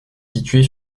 située